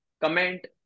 comment